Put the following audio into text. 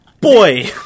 Boy